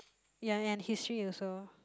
ya and history also